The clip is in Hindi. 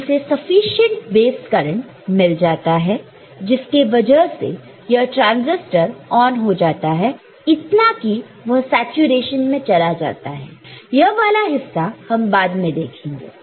तो इसे सफिशिएंट बेस करंट मिल जाता है जिसके वजह से यह ट्रांसिस्टर ऑन हो जाता है इतना कि वह सैचुरेशन में चला जाता है यह वाला हिस्सा हम बाद में देखेंगे